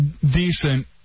decent